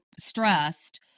stressed